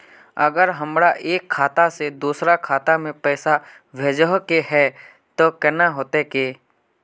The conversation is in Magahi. अगर हमरा एक खाता से दोसर खाता में पैसा भेजोहो के है तो केना होते है?